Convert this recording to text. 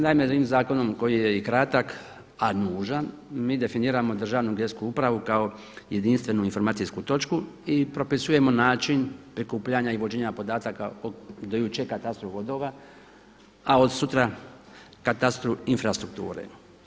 Naime, ovim zakonom koji je i kratak a nužan, mi definiramo Državnu geodetsku upravu kao jedinstvenu informacijsku točku i propisujemo način prikupljanja i vođenja podataka u katastru vodova, a od sutra katastru infrastrukture.